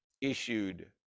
issued